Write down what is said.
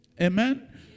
Amen